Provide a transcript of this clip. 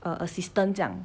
assistant 这样